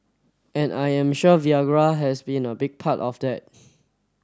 and I am sure Viagra has been a big part of that